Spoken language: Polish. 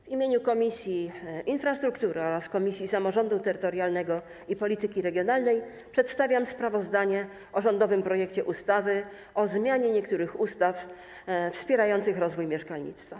W imieniu Komisji Infrastruktury oraz Komisji Samorządu Terytorialnego i Polityki Regionalnej przedstawiam sprawozdanie o rządowym projekcie ustawy o zmianie niektórych ustaw wspierających rozwój mieszkalnictwa.